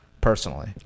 personally